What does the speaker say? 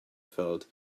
felt